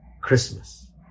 Christmas